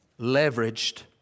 leveraged